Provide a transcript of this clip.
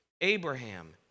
Abraham